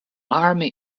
army